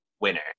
winner